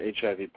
HIV